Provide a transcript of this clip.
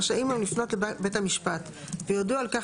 רשאים הם לפנות לבית המשפט ויודיעו על כך